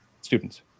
students